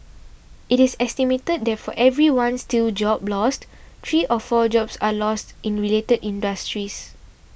it is estimated that for every one steel job lost three or four jobs are lost in related industries